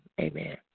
Amen